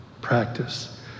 practice